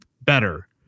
better